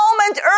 moment